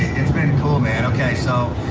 it's been cool man, okay so.